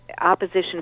opposition